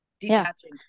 Detaching